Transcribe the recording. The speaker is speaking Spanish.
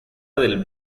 del